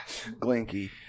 glinky